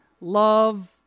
love